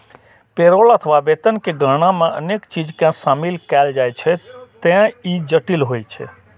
payroll अथवा वेतन के गणना मे अनेक चीज कें शामिल कैल जाइ छैं, ते ई जटिल होइ छै